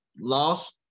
lost